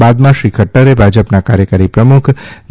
બાદ શ્રી ખદરે ભાજપના કાર્યકારી પ્રમુખ જે